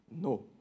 no